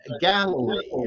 Galilee